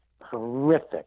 horrific